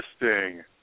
Interesting